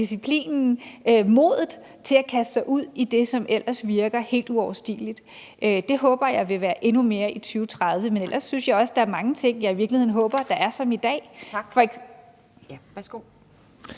modet til at kaste sig ud i det, som ellers virker helt uoverstigeligt. Det håber jeg der vil være endnu mere af i 2030, men ellers synes jeg også, at der er mange ting, jeg i virkeligheden håber er som i dag. Kl. 18:39